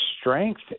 strength